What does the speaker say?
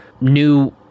new